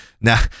now